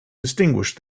distinguish